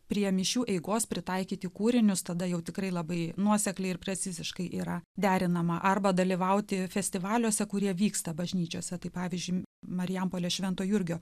prie mišių eigos pritaikyti kūrinius tada jau tikrai labai nuosekliai ir preciziškai yra derinama arba dalyvauti festivaliuose kurie vyksta bažnyčiose tai pavyzdžiui marijampolės švento jurgio